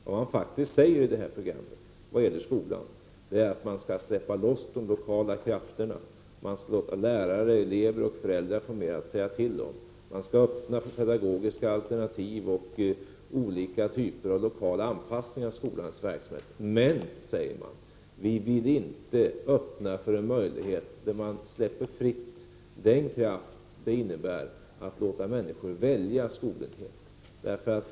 Vad man faktiskt säger i det här programmet när det gäller skolan är att man skall släppa loss de lokala krafterna, att man skall låta lärare, elever och föräldrar få mer att säga till om. Man skall öppna för pedagogiska alternativ och olika typer av lokal anpassning av skolans verksamhet. Men vi vill inte, säger man, öppna för en möjlighet att fritt släppa fram den kraft som det innebär att låta människor välja skolenhet.